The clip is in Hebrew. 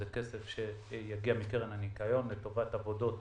זה כסף שיגיע מקרן הניקיון לטובת עבודות